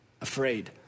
afraid